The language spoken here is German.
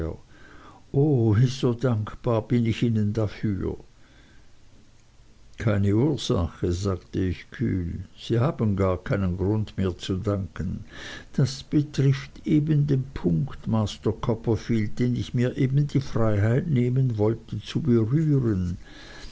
so dankbar bin ich ihnen dafür keine ursache sagte ich kühl sie haben gar keinen grund mir zu danken das betrifft eben den punkt master copperfield den ich mir eben die freiheit nehmen wollte zu berühren